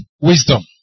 wisdom